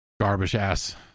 garbage-ass